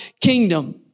kingdom